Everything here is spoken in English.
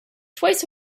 twice